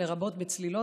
לרבות בצלילות,